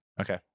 Okay